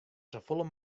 safolle